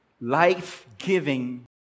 Life-giving